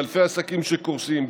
באלפי עסקים שקורסים,